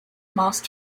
mast